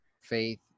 faith